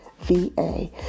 VA